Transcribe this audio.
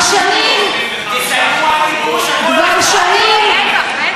כבר שנים, תסיימו את הכיבוש, הכול, בטח, בטח.